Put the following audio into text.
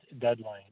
deadline